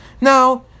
Now